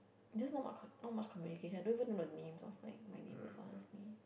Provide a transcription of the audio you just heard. just not much not much communication don't even know the names of like my neighbours honestly